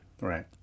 right